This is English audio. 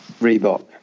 Reebok